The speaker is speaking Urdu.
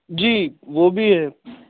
جی وہ بھی ہے